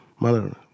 mother